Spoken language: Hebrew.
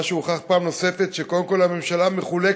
מה שהוכח פעם נוספת הוא שקודם כול הממשלה מחולקת.